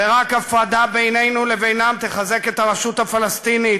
ורק הפרדה בינינו לבינם תחזק את הרשות הפלסטינית